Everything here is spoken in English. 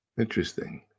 Interesting